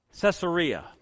Caesarea